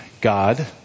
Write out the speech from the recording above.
God